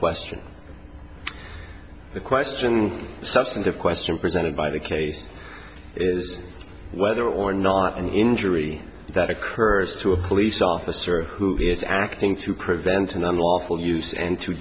question the question substantive question presented by the case is whether or not an injury that occurs to a police officer who is acting to prevent an unlawful use and to